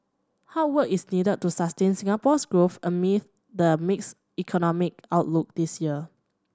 hard work is needed to sustain Singapore's growth amid the mixed economic outlook this year